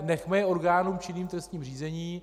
Nechme je orgánům činným v trestním řízení.